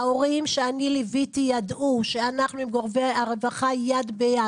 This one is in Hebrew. ההורים שאני ליוויתי ידעו שאנחנו עם גורמי הרווחה יד ביד,